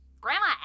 Grandma